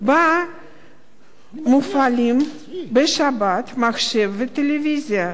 שבה מופעלים בשבת מחשב וטלוויזיה,